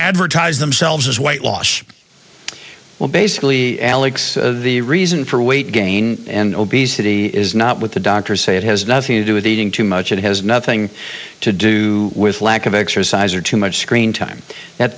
advertise themselves as weight loss well basically alex the reason for weight gain and obesity is not what the doctors say it has nothing to do with eating too much it has nothing to do with lack of exercise or too much screen time that